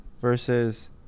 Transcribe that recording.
versus